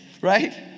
right